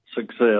success